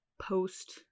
post